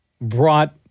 brought